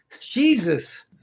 Jesus